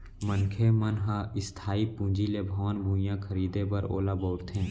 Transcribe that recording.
मनखे मन ह इस्थाई पूंजी ले भवन, भुइयाँ खरीदें बर ओला बउरथे